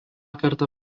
kartą